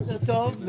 בוקר טוב,